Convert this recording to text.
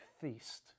feast